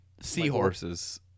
Seahorses